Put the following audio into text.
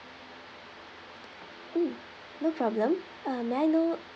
mm no problem uh may I know